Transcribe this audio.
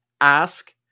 Ask